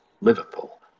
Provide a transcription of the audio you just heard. Liverpool